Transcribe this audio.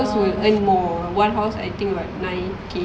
cause will earn more one house I think got nine K